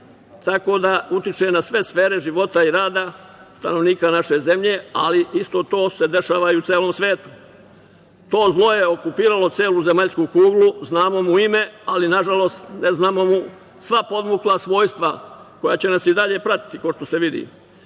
tako da utiče na sve sfere života i rada stanovnika naše zemlje, ali isto to se dešava i u celom svetu. To zlo je okupiralo celu zemaljsku kuglu, znamo mu ime, ali nažalost, ne znamo mu sva podmukla svojstva koja će nas i dalje pratiti kao što se vidi.